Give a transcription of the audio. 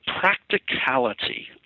practicality